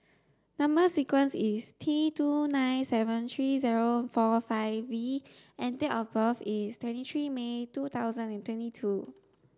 number sequence is T nine two seven three zero four five V and date of birth is twenty three May two thousand and twenty two